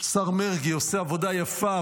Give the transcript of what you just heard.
השר מרגי עושה עבודה יפה,